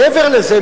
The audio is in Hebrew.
מעבר לזה,